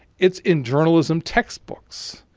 it's in journalism textbooks.